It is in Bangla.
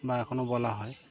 বা এখনও বলা হয়